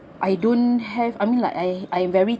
I don't have I mean like I I am very